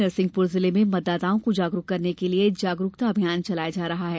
नरसिंहपुर में मतदाताओं को जागरुक करने के लिए जागरुकता अभियान चलाया जा रहा है